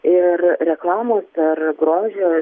ir reklamos ar grožio